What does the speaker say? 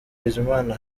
bizimana